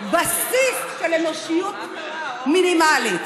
בסיס של אנושיות מינימלית.